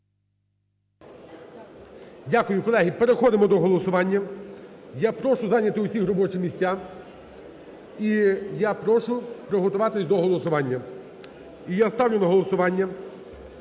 Дякую. Колеги, переходимо до голосування. Я прошу зайняти усіх робочі місця. І я прошу приготуватись до голосування. І я ставлю на голосування